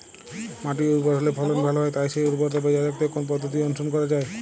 মাটি উর্বর হলে ফলন ভালো হয় তাই সেই উর্বরতা বজায় রাখতে কোন পদ্ধতি অনুসরণ করা যায়?